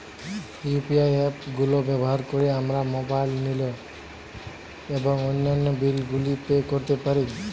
UPI app গুলো ব্যবহার করে আমরা মোবাইল নিল এবং অন্যান্য বিল গুলি পে করতে পারি